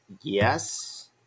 Yes